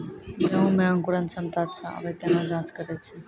गेहूँ मे अंकुरन क्षमता अच्छा आबे केना जाँच करैय छै?